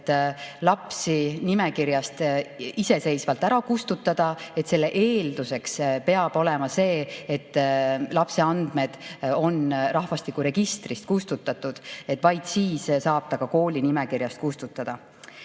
lapsi nimekirjast iseseisvalt ära kustutada. Selle eelduseks peab olema see, et lapse andmed on rahvastikuregistrist kustutatud. Vaid siis saab ta ka kooli nimekirjast